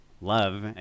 love